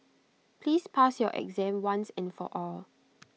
please pass your exam once and for all